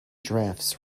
draughts